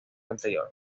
anterior